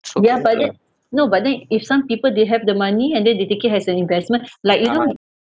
ya but then no but then if some people they have the money and then they take it as an investment like you know